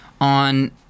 on